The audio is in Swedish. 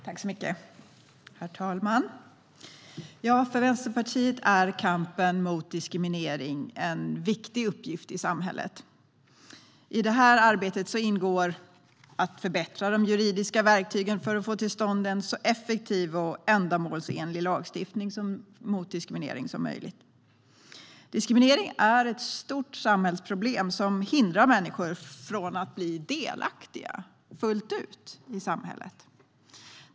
Herr talman! För Vänsterpartiet är kampen mot diskriminering en viktig uppgift i samhället. I detta arbete ingår att förbättra de juridiska verktygen för att få till stånd en så effektiv och ändamålsenlig lagstiftning mot diskriminering som möjligt. Diskriminering är ett stort samhällsproblem som hindrar människor från att bli delaktiga fullt ut i samhället.